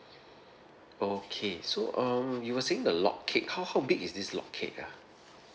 okay so um you were saying the log cake how how big is this log cake ah